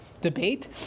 debate